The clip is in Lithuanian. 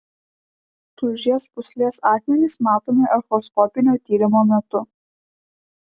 tulžies pūslės akmenys matomi echoskopinio tyrimo metu